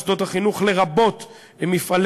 ולתזונה נכונה במוסדות חינוך שאיננו חלק ממפעל